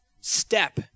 step